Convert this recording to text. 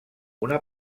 una